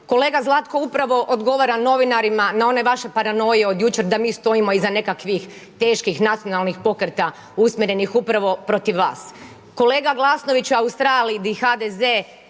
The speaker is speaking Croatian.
kolega Zlatko upravo odgovara novinarima, na one vaše paranoje, od jučer da mi stojimo iza nekakvih teških nacionalnih pokreta usmjerenih upravo protiv vas. Kolega Glasnovića je u Australiji gdje HDZ